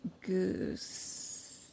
Goose